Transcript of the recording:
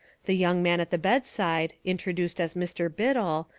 the young man at the bedside, introduced as mr. biddle,